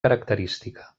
característica